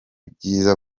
byiza